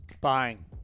Buying